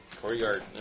Courtyard